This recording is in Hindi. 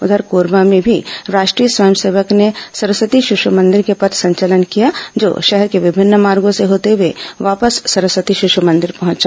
उधर कोरबा में भी राष्ट्रीय स्वयं सेवकों ने सरस्वती शिशु मंदिर से पथ संचलन किया जो शहर के विभिन्न मार्गों से होते हुए वापस सरस्वती शिशु मंदिर पहुंचा